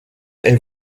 est